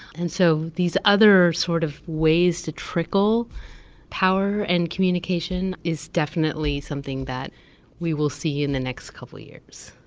and so these other sort of ways to trickle power and communication is definitely something that we will see in the next couple of years.